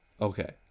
Okay